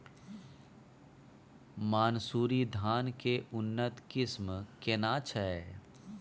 मानसुरी धान के उन्नत किस्म केना छै?